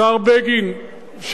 השר בגין,